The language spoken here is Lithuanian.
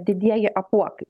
didieji apuokai